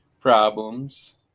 problems